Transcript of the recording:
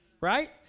right